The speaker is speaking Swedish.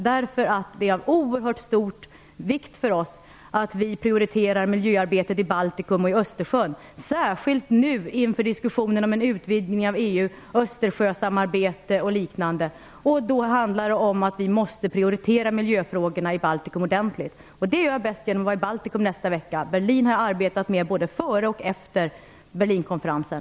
Det är nämligen av oerhört stor vikt för oss att vi prioriterar miljöarbetet i Baltikum och i Östersjön, särskilt nu inför diskussionen om en utvidgning av EU, om Östersjösamarbete o.d. Då handlar det om att vi ordentligt måste prioritera miljöfrågorna i Baltikum. Det gör jag bäst genom att vara i Baltikum nästa vecka. Berlin har jag arbetat med före konferensen och kommer att göra det efter konferensen.